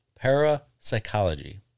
parapsychology